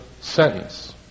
sentence